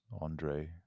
Andre